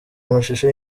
amashusho